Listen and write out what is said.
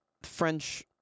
french